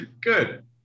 Good